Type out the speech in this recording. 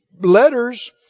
letters